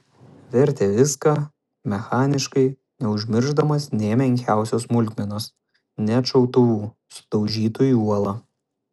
vertė viską mechaniškai neužmiršdamas nė menkiausios smulkmenos net šautuvų sudaužytų į uolą